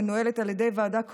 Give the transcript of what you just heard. המנוהלת על ידי ועדה קרואה,